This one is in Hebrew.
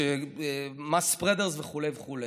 mass spreaders וכו' וכו'.